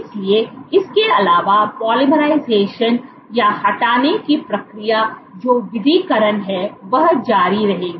इसलिए इसके अलावा पॉलीमर्लाइजेशन या हटाने की प्रक्रिया जो विध्रीकरण है वह जारी रहेगी